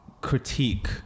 critique